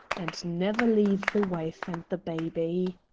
and never leave the wife and the baby.